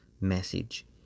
message